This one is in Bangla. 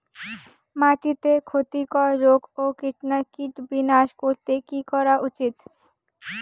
মাটিতে ক্ষতি কর রোগ ও কীট বিনাশ করতে কি করা উচিৎ?